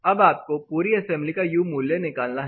अब आपको पूरी असेंबली का यु मूल्य निकालना है